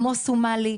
כמו סומלי,